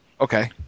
Okay